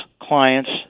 clients